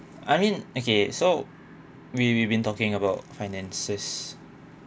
I mean okay so we we've been talking about finances